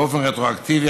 באופן רטרואקטיבי,